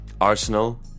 Arsenal